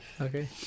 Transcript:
okay